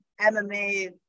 MMA